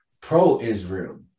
pro-israel